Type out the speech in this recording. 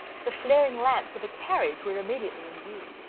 the flaring lamps of a carriage were immediately in view.